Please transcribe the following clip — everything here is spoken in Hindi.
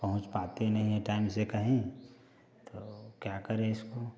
पहुँच पाते नहीं हैं टाइम से कहीं तो क्या करें इसको